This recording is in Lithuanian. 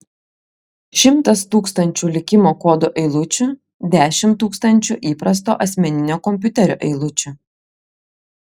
šimtas tūkstančių likimo kodo eilučių dešimt tūkstančių įprasto asmeninio kompiuterio eilučių